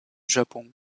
japon